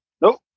Nope